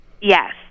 Yes